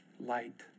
light